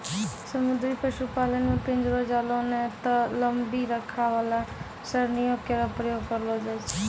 समुद्री पशुपालन म पिंजरो, जालों नै त लंबी रेखा वाला सरणियों केरो प्रयोग करलो जाय छै